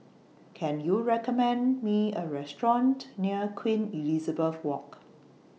Can YOU recommend Me A Restaurant near Queen Elizabeth Walk